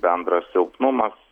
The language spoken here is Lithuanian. bendras silpnumas